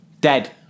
dead